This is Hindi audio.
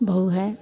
बहु है